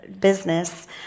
business